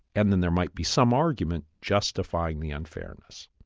and then there might be some argument justifying the unfairness.